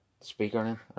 speaker